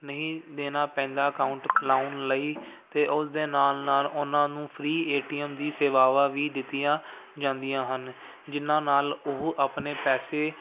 ਨਹੀਂ ਦੇਣਾ ਪੈਂਦਾ ਅਕਾਊਂਟ ਖੁਲ੍ਹਾਉਣ ਲਈ ਅਤੇ ਉਸਦੇ ਨਾਲ ਨਾਲ ਉਹਨਾਂ ਨੂੰ ਫਰੀ ਏ ਟੀ ਐਮ ਦੀ ਸੇਵਾਵਾਂ ਵੀ ਦਿੱਤੀਆਂ ਜਾਂਦੀਆਂ ਹਨ ਜਿਹਨਾਂ ਨਾਲ ਉਹ ਆਪਣੇ ਪੈਸੇ